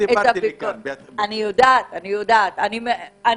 אני חושבת,